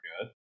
good